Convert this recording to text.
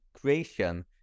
creation